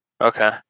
Okay